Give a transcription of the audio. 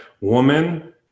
woman